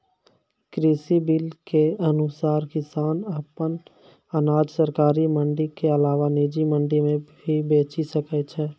कृषि बिल के अनुसार किसान अप्पन अनाज सरकारी मंडी के अलावा निजी मंडी मे भी बेचि सकै छै